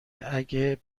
اگه